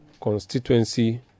constituency